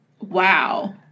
Wow